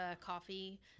coffee